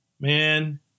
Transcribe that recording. man